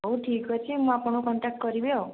ହେଉ ଠିକ୍ ଅଛି ମୁଁ ଆପଣଙ୍କୁ କଣ୍ଟାକ୍ଟ କରିବି ଆଉ